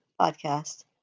Podcast